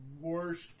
worst